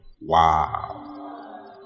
Wow